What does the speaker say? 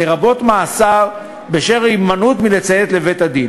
לרבות מאסר בשל הימנעות מלציית לבית-הדין.